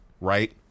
right